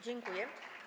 Dziękuję.